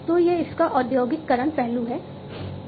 तो यह इसका औद्योगीकरण पहलू है